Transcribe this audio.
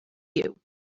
you